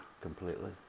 completely